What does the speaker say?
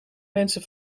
mensen